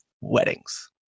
weddings